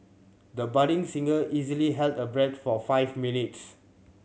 the budding singer easily held her breath for five minutes